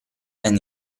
and